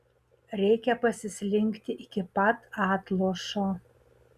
reikia pasislinkti iki pat atlošo